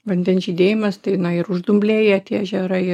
vandens žydėjimas tai na ir uždumblėja tie ežerai ir